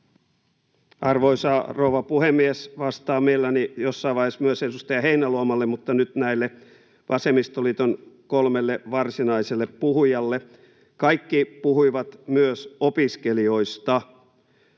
Arvoisa rouva puhemies! Vastaan mielelläni jossain vaiheessa myös edustaja Heinäluomalle mutta nyt näille vasemmistoliiton kolmelle varsinaiselle puhujalle. Kaikki puhuivat myös opiskelijoista.